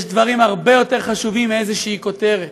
יש דברים הרבה יותר חשובים מאיזושהי כותרת,